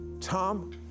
Tom